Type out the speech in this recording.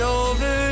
over